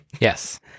Yes